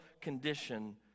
condition